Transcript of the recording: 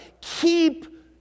Keep